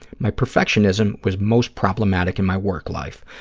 my perfectionism was most problematic in my work life.